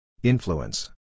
Influence